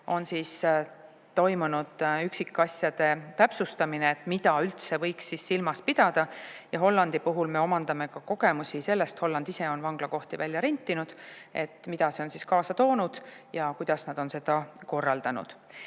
on toimunud üksikasjade täpsustamine, mida üldse võiks silmas pidada. Hollandi puhul me omandame ka kogemusi selle kohta, et kuna Holland ise on vanglakohti välja rentinud, siis mida see on kaasa toonud ja kuidas nad on seda korraldanud. Ja